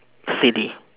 silly